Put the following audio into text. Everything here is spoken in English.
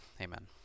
amen